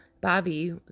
bobby